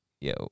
yo